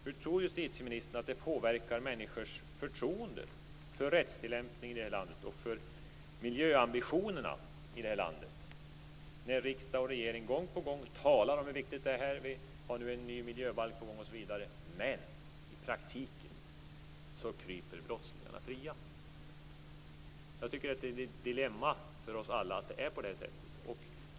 Hur tror justitieministern att det påverkar människors förtroende för rättstillämpningen och för miljöambitionerna i det här landet om riksdag och regering gång på gång talar om hur viktigt detta är - vi har ju nu en ny miljöbalk på gång osv. - men i praktiken går brottslingarna fria? Jag tycker att det är ett dilemma för oss alla att det är på det sättet.